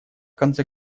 конце